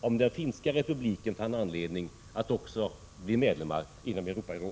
om också den finska republiken fann anledning att bli medlem av Europarådet.